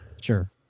Sure